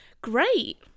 great